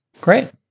Great